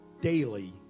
daily